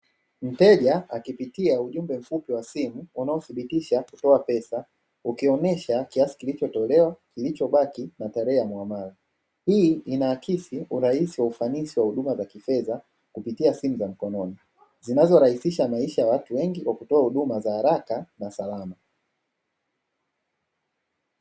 Mteja akipitia ujumba mfupi wa simu unaothibitisha kutoa pesa, ukionyesha kiasi kilichotolewa, kilichobaki na tarehe ya muamala. Hii inaakisi urahisi wa huduma za kifedha kupitia simu za mkononi, zinazorahisisha maisha ya watu wengi kwa kutoa huduma za haraka na salama.